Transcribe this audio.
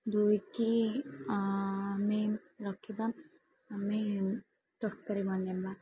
ଧୋଇକି ଆମେ ରଖିବା ଆମେ ତରକାରୀ ବନେଇବା